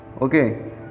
okay